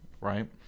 right